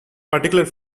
particular